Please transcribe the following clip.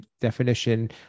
definition